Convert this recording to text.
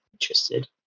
interested